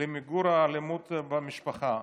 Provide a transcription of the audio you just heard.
למיגור האלימות במשפחה,